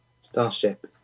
Starship